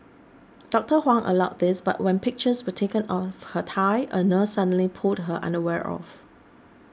Doctor Huang allowed this but when pictures were taken of her thigh a nurse suddenly pulled her underwear off